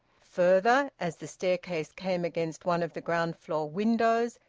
further, as the staircase came against one of the ground-floor windows,